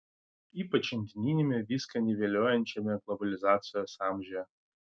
ypač šiandieniame viską niveliuojančiame globalizacijos amžiuje